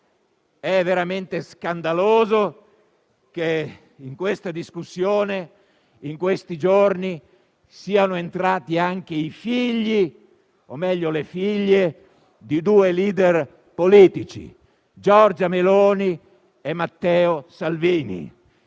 è veramente scandaloso che nella discussione di questi giorni siano entrati anche i figli, o meglio le figlie, di due *leader* politici, Giorgia Meloni e Matteo Salvini.